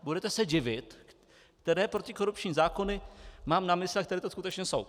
Budete se divit, které protikorupční zákony mám na mysli a které to skutečně jsou.